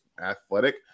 athletic –